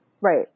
Right